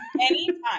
Anytime